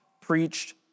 preached